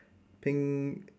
pink